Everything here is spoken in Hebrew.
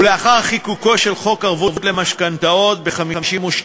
לאחר חיקוקו של חוק ערבות למשכנתאות ב-1952,